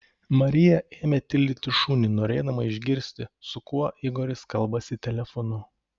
marija ėmė tildyti šunį norėdama išgirsti su kuo igoris kalbasi telefonu